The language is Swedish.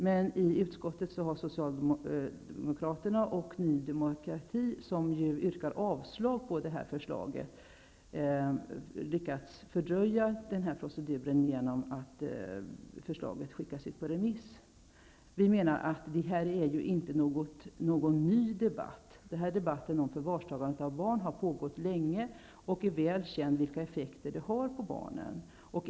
Men i utskottet har Socialdemokraterna och Ny demokrati, som yrkar avslag på förslaget, lyckats fördröja proceduren genom att förslaget skickas ut på remiss. Vi menar att den här debatten inte är ny. Debatten om förvar av barn har pågått länge, och det är väl känt vilka effekter det här har på barnen.